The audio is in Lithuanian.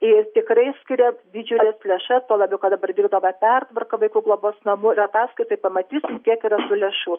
ir tikrai skiria didžiules lėšas tuo labiau kad dabar vykdoma pertvarka vaikų globos namų tą ataskaitoj pamatytum kiek yra lėšų